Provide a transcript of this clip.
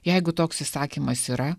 jeigu toks įsakymas yra